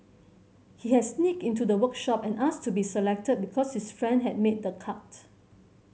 he had sneaked into the workshop and asked to be selected because his friend had made the cut